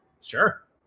Sure